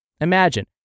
Imagine